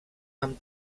amb